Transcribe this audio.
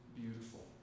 beautiful